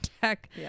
tech